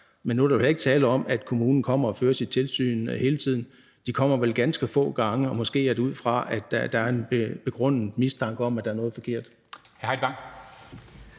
Men nu er der vel heller ikke tale om, at kommunen kommer og fører sit tilsyn hele tiden. De kommer vel ganske få gange, og måske er det ud fra en begrundet mistanke om, at der er noget, der er